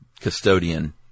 custodian